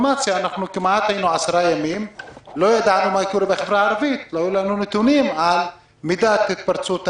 כמעט עשרה ימים שלא ידענו מה קורה בחברה הערבית מבחינת התפרצות המחלה,